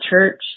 church